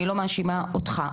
אני לא מאשימה אותך,